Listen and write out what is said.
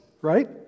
right